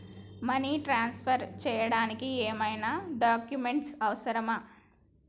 Money transfer చేయడానికి ఏమైనా documents అవసరమా?